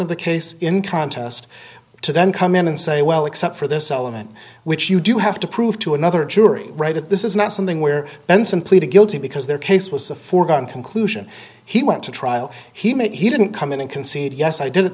of the case in contest to then come in and say well except for this element which you do have to prove to another jury right at this is not something where benson pleaded guilty because their case was a foregone conclusion he went to trial he made he didn't come in and concede yes i did it